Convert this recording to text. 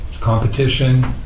Competition